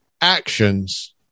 actions